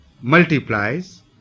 multiplies